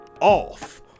off